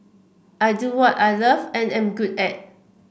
I do what I love and am good at